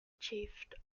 achieved